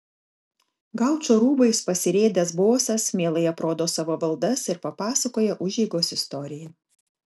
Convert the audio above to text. gaučo rūbais pasirėdęs bosas mielai aprodo savo valdas ir papasakoja užeigos istoriją